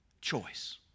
choice